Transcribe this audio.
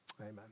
Amen